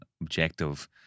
objective